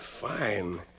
fine